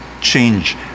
Change